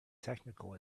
technical